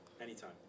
anytime